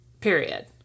period